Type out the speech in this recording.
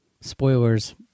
spoilers